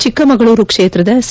ಚಿಕ್ಕಮಗಳೂರು ಕ್ಷೇತ್ರದ ಸಿ